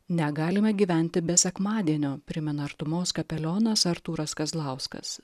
negalime gyventi be sekmadienio primena artumos kapelionas artūras kazlauskas